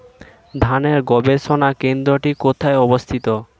ধানের গবষণা কেন্দ্রটি কোথায় অবস্থিত?